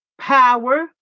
power